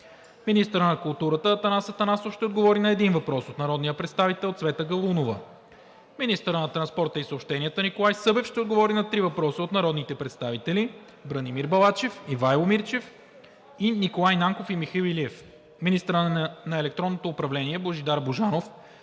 Министърът на културата Атанас Атанасов ще отговори на един въпрос от народния представител Цвета Галунова. Министърът на транспорта и съобщенията Николай Събев ще отговори на три въпроса от народните представители Бранимир Балачев; Ивайло Мирчев и Николай Нанков; и Михаил Илиев. Министърът на електронното управление Божидар Божанов